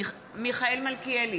מיכאל מלכיאלי,